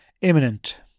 imminent